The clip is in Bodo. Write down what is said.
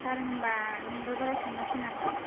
सार होनबा मंगलबाराव थांनोसै नामा